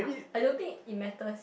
I don't think it matters